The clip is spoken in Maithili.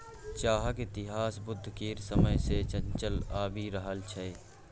चाहक इतिहास बुद्ध केर समय सँ चलल आबि रहल छै